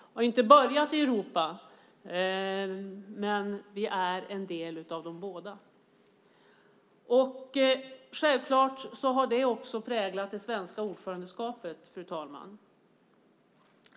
De började inte heller i Europa, men vi är en del av dem båda. Självklart har det även präglat det svenska ordförandeskapet.